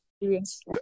experience